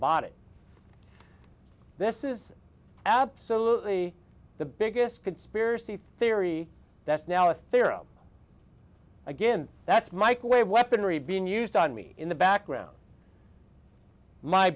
bought it this is absolutely the biggest conspiracy theory that's now a theorem again that's microwave weaponry being used on me in the background my